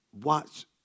watch